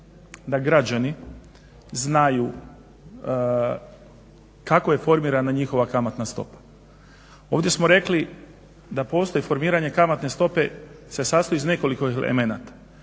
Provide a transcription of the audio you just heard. da građani znaju kako je formirana njihova kamatna stopa. Ovdje smo rekli da postoji formiranje kamatne stope, se sastoji iz nekoliko elementa.